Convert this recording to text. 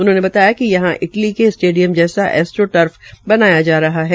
उन्होंने बताया कि यहां इटली के स्टेडियम जैसा एस्ट्रोटर्फ बनाया जा रहा है